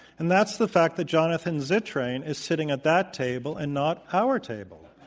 and that's the fact that jonathan zittrain is sitting at that table and not our table.